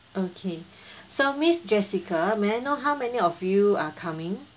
okay so miss jessica may I know how many of you are coming